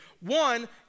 One